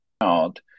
out